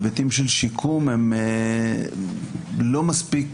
היבטים של שיקום הם לא מספיק,